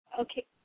Okay